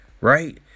right